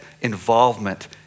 involvement